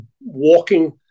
walking